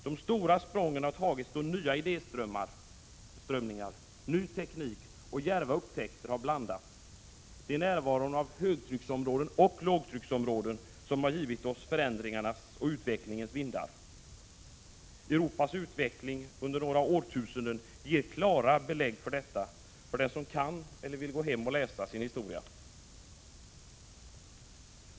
De stora sprången har tagits då nya idéströmningar, ny teknik och djärva upptäckter har blandats. Det är närvaron av högtrycksområden och lågtrycksområden som har givit oss förändringarnas och utvecklingens vindar. Europas utveckling under några årtusenden ger klara belägg för detta, för den som kan eller vill gå hem och läsa sin historia!